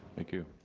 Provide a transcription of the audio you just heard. thank you,